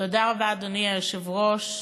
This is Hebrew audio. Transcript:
אדוני היושב-ראש,